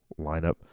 Lineup